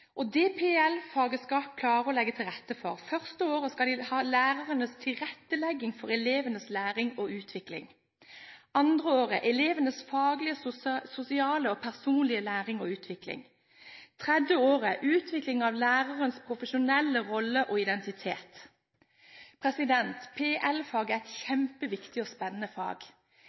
rette for at de første året skal ha lærerens tilrettelegging for elevens læring og utvikling, andre året elevenes faglige, sosiale og personlige læring og utvikling, og tredje året utvikling av lærerens profesjonelle rolle og identitet. PEL-faget er et kjempeviktig og spennende fag.